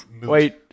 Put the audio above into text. Wait